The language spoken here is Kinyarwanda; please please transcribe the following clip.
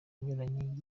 anyuranye